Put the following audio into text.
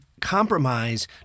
compromise